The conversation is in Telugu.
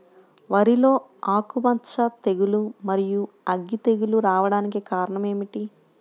వరిలో ఆకుమచ్చ తెగులు, మరియు అగ్గి తెగులు రావడానికి కారణం ఏమిటి?